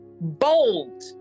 bold